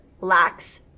lacks